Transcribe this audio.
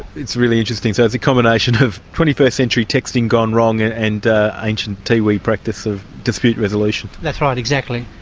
it's really interesting. so it's a combination of twenty first century texting gone wrong and and ancient tiwi practice of dispute resolution. that's right, exactly.